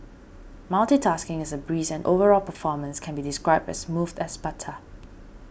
multitasking is a breeze and overall performance can be described as smooth as butter